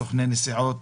סוכני נסיעות,